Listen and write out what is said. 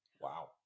Wow